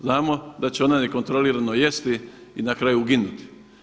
Znamo da će ona nekontrolirano jesti i na kraju uginuti.